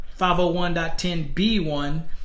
501.10B1